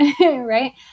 right